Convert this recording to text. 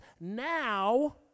Now